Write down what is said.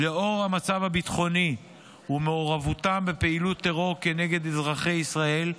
ובעקבות המצב הביטחוני ומעורבותם בפעילות טרור כנגד אזרחי ישראל,